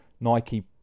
Nike